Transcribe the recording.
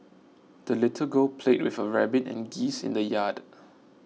the little girl played with her rabbit and geese in the yard